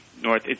north